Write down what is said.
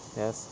yes